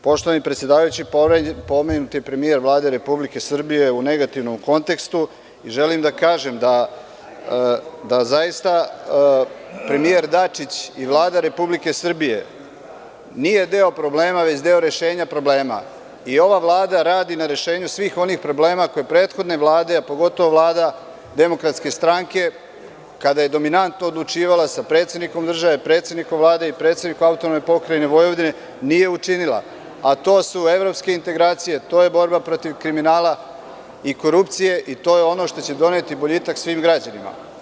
Poštovani predsedavajući, pomenut je premijer Vlade Republike Srbije u negativnom kontekstu i želim da kažem da zaista premijer Dačić i Vlada Republike Srbije nije deo problema, već deo rešenja problema i ova vlada radi na rešenju svih onih problema koje prethodne Vlade, a pogotovo Vlada Demokratske stranke, kada je dominantno odlučivala sa predsednikom države, predsednikom Vlade i predsednikom AP Vojvodine, nisu učinile, a to su Evropske integracije, to je borba protiv kriminala i korupcije i to je ono što će doneti boljitak svim građanima.